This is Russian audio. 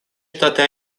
штаты